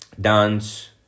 dance